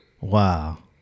Wow